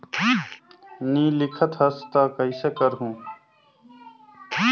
नी लिखत हस ता कइसे करू?